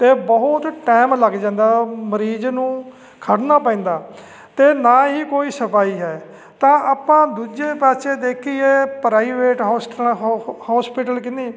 ਅਤੇ ਬਹੁਤ ਟਾਇਮ ਲੱਗ ਜਾਂਦਾ ਮਰੀਜ਼ ਨੂੰ ਖੜ੍ਹਨਾ ਪੈਂਦਾ ਅਤੇ ਨਾ ਹੀ ਕੋਈ ਸਫਾਈ ਹੈ ਤਾਂ ਆਪਾਂ ਦੂਜੇ ਪਾਸੇ ਦੇਖੀਏ ਪ੍ਰਾਈਵੇਟ ਹੋਸਟਲ ਹੋਸਪਿਟਲ ਕਨੀ